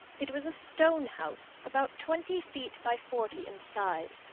it was a stone house, about twenty feet by forty in size,